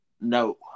No